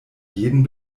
jeden